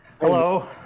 hello